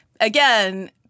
Again